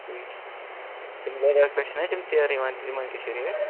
ٹھیٖک ٹھیٖک تَمہٕ پنجاب پٮ۪ٹھٕ چھِنا تِم ژیرٕ یِوان تِمن دِوان کیٛاہ چھِ ریٹ